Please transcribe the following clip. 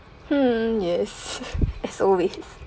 hmm yes is always